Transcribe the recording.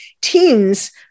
teens